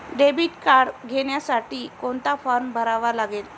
Debit card घेण्यासाठी कोणता form भरावा लागतो?